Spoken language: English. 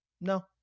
no